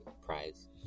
Prize